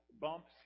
bumps